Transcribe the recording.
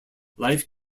life